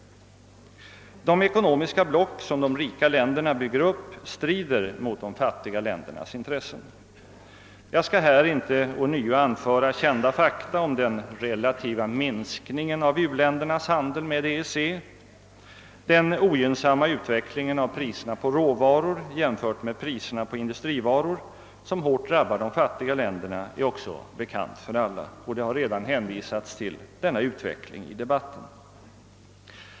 De ekonomiska block som de rika länderna bygger upp strider mot de fattiga ländernas intressen. Jag skall här inte ånyo anföra kända fakta om den relativa minskningen av u-ländernas handel med EEC. Den ogynnsamma utvecklingen av priserna på råvaror i jämförelse med priserna på industrivaror, som hårt drabbar de fattiga länderna, är också bekant för alla, och det har redan hänvisats till denna utveckling i debatten.